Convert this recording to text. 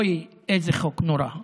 אוי, איזה חוק נורא.